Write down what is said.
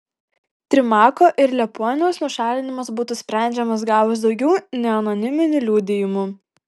trimako ir liepuoniaus nušalinimas būtų sprendžiamas gavus daugiau neanoniminių liudijimų